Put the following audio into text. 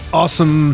awesome